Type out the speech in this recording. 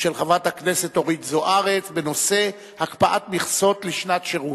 של חברת הכנסת אורית זוארץ בנושא: הקפאת מכסות לשנת שירות.